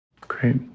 Great